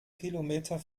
kilometer